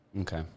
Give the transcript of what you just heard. Okay